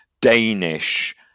danish